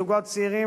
זוגות צעירים,